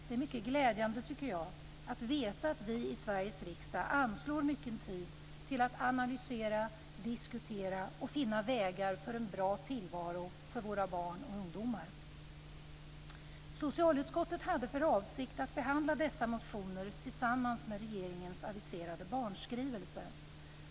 Det är mycket glädjande, tycker jag, att veta att vi i Sveriges riksdag anslår mycken tid till att analysera, diskutera och finna vägar till en bra tillvaro för våra barn och ungdomar. Socialutskottet hade för avsikt att behandla dessa motioner tillsammans med regeringens aviserade barnskrivelse.